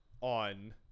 on